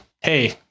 hey